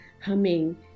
humming